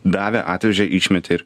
davė atvežė išmetė ir